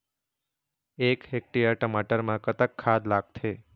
एक हेक्टेयर टमाटर म कतक खाद लागथे?